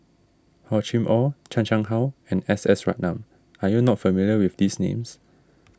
Hor Chim or Chan Chang How and S S Ratnam are you not familiar with these names